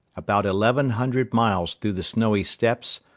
about eleven hundred miles through the snowy steppes,